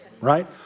Right